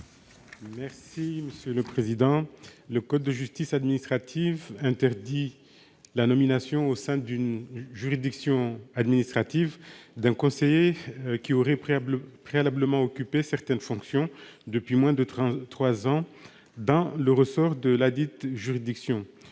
Thani Mohamed Soilihi. Le code de justice administrative interdit la nomination au sein d'une juridiction administrative d'un conseiller qui aurait préalablement occupé certaines fonctions depuis moins de trois ans dans le ressort de celle-ci.